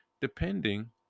Depending